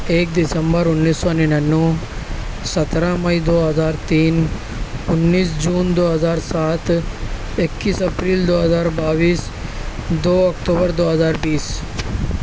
ایک دسمبر انیس سو ننانوے سترہ مئی دو ہزار تین انیس جون دو ہزار سات اکیس اپریل دو ہزار بائیس دو اکتوبر دو ہزار بیس